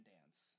Dance